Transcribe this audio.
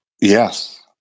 Yes